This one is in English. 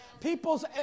people's